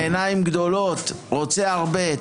עיניים גדולות / רוצה הרבה,